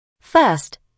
First